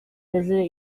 visited